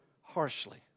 harshly